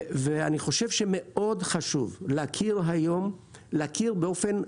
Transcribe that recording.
אני חושב שמאוד חשוב להכיר היום, באופן גלוי,